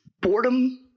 boredom